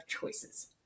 choices